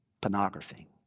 pornography